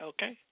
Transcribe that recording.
Okay